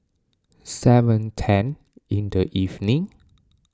seven ten in the evening